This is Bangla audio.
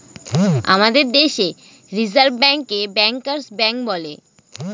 আমাদের দেশে রিসার্ভ ব্যাঙ্কে ব্যাঙ্কার্স ব্যাঙ্ক বলে